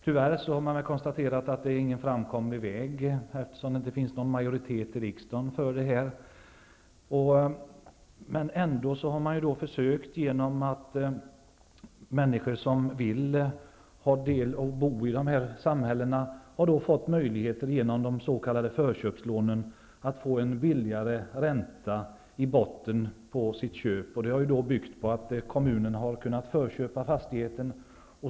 Tyvärr får vi konstatera att det inte är någon framkomlig väg, eftersom det inte finns en majoritet för det i riksdagen. Man har ändå försökt göra det möjligt för människor att bo kvar i dessa samhällen genom att de fått s.k. förköpslån till lägre ränta för sina köp. Detta har byggt på att kommunen har kunnat förköpa fastigheten.